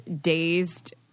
dazed